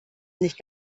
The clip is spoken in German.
nicht